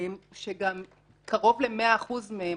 שקרוב ל-100% מהם,